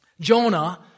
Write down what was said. Jonah